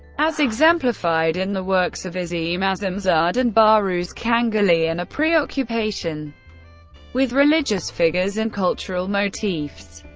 as exemplified in the works of azim azimzade and bahruz kangarli, and a preoccupation with religious figures and cultural motifs.